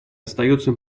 остается